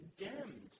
condemned